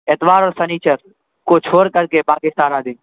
اتوار اور شنیچر کو چھوڑ کر کے باقی سارا دن